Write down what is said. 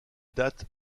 datent